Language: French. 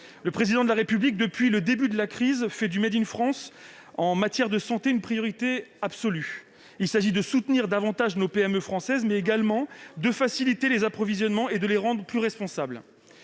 le Président de la République fait du en matière de santé une priorité absolue. Il s'agit de soutenir davantage nos PME françaises, mais également de faciliter les approvisionnements et de les rendre plus responsables.